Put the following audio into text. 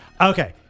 Okay